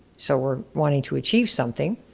so we're wanting to achieve something.